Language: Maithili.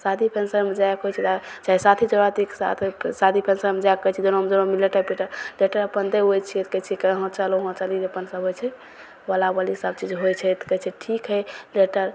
शादी फन्क्शनमे जाइके होइ छै तऽ चाहे साथी सोराथीके साथ शादी फन्क्शनमे जाइके कहै छै दुनूमे दुनूके लेटर पेटर लेटर अपन दै वै छिए तऽ कहै छिए कि यहाँ चल वहाँ चल ई जे अपन सब होइ छै बोला बोली सबचीज होइ छै तऽ कहै छै ठीक हइ लेटर